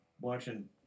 watching